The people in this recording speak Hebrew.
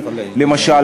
למשל,